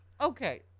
Okay